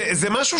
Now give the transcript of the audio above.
בכל המקרים שהיו,